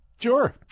Sure